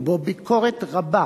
ובו ביקורת רבה